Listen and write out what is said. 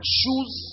choose